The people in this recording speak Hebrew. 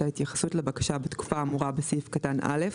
ההתייחסות לבקשה בתקופה האמורה בסעיף קטן (א),